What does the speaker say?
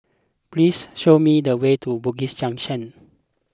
please show me the way to Bugis Junction